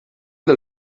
del